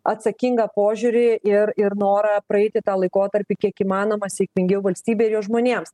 atsakingą požiūrį ir ir norą praeiti tą laikotarpį kiek įmanoma sėkmingiau valstybei ir jos žmonėms